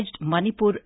Manipur